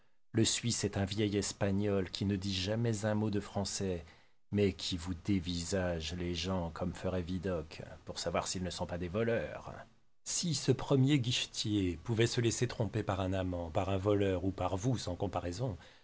le suisse est un vieil espagnol qui ne dit jamais un mot de français mais qui vous dévisage les gens comme ferait vidocq pour savoir s'ils ne sont pas des voleurs si ce premier guichetier pouvait se laisser tromper par un amant par un voleur ou par vous sans comparaison